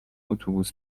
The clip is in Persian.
اتوبوس